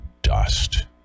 dust